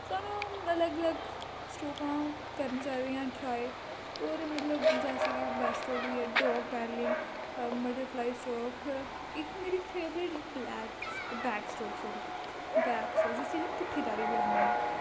साह्नू अलग अलग स्ट्रोकां करनियां चाहिदियां ट्राय होर मतलब जैसे कि बैक स्ट्रोक होइयै डाग पैडलिंग बटरफ्लाई स्ट्रोक इक मेरी फेवरट ब्लैक बैक स्ट्रोक सारी जिस्सी असीं पुट्ठी तारी वी आक्खने होने